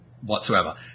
whatsoever